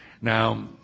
Now